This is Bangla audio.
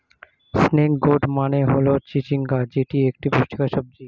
স্নেক গোর্ড মানে হল চিচিঙ্গা যেটি একটি পুষ্টিকর সবজি